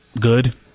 good